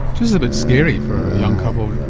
this is a bit scary for a young couple